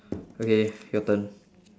okay your turn